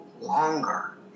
longer